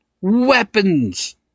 weapons